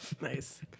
Nice